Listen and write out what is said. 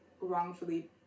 wrongfully